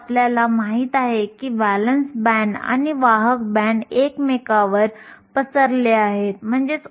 विद्युत् प्रवाह हे इलेक्ट्रॉन वाहक बँडमध्ये आणि छिद्र व्हॅलेन्स बँडमध्ये फिरल्यामुळे तयार होते